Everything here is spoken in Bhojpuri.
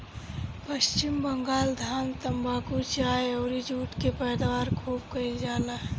पश्चिम बंगाल धान, तम्बाकू, चाय अउरी जुट के पैदावार खूब कईल जाला